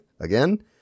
again